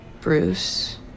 Bruce